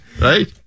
right